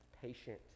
patient